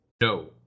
No